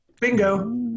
Bingo